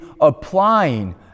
applying